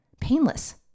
painless